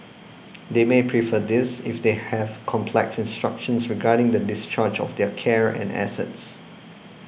they may prefer this if they have complex instructions regarding the discharge of their care and assets